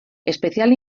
especial